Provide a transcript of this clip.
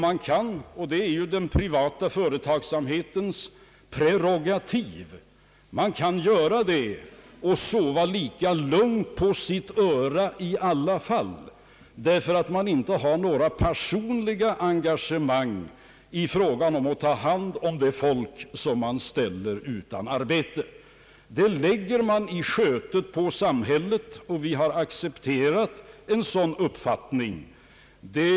Man kan — och det är ju den privata företagsamhetens prerogativ — göra det och sova lika lugnt på sitt öra i alla fall, därför att man inte har några personliga engagemang i fråga om att ta hand om de människor som man ställer utan arbete. Detta lägger man i skötet på samhället, och vi har accepterat en sådan uppfattning.